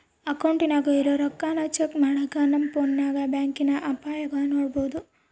ಅಕೌಂಟಿನಾಗ ಇರೋ ರೊಕ್ಕಾನ ಚೆಕ್ ಮಾಡಾಕ ನಮ್ ಪೋನ್ನಾಗ ಬ್ಯಾಂಕಿನ್ ಆಪ್ನಾಗ ನೋಡ್ಬೋದು